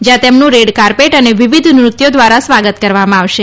જ્યાં તેમનું red carpet અને વિવિધ નૃત્યો દ્વારા સ્વાગત કરવામાં આવશે